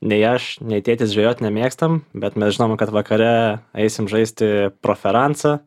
nei aš nei tėtis žvejot nemėgstam bet mes žinome kad vakare eisim žaisti proferansą